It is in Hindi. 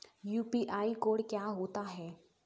यू.पी.आई कोड क्या होता है?